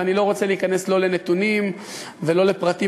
ואני לא רוצה להיכנס לנתונים ולא לפרטים